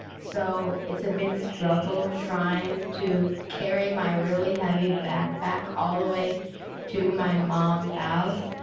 so it's a big struggle trying to carry my really heavy backpack all the way to my mom's house.